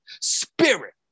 spirit